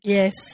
Yes